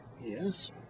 Yes